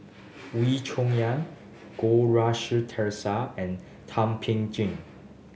Wee Cho Yaw Goh Rui Si Theresa and Thum Ping Tjin